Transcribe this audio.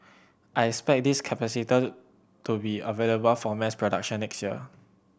I expect this to be available for mass production next year